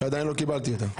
עדיין לא קיבלתי אותה.